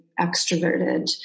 extroverted